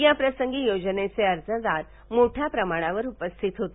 या प्रसंगी योजनेचे अर्जदार मोठ्या प्रमाणावर उपस्थित होते